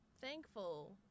thankful